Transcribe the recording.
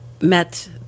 met